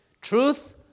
truth